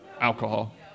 alcohol